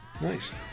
nice